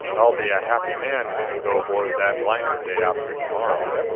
i'll be a happy man when we go aboard that liner day after to-morrow.